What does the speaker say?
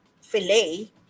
fillet